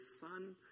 son